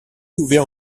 ouvert